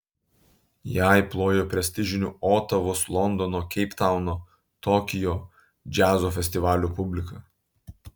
jai plojo prestižinių otavos londono keiptauno tokijo džiazo festivalių publika